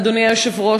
אדוני היושב-ראש,